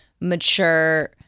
mature